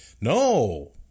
No